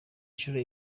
nshuro